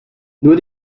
nur